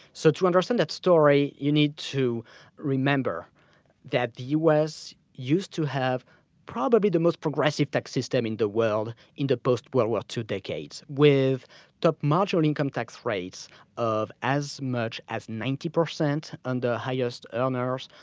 so to understand that story, you need to remember that the u. s. used to have probably the most progressive tax system in the world, in the post-world war ii decades. with top marginal income tax rates of as much as ninety percent on the highest earners,